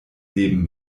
leben